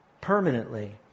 permanently